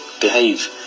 behave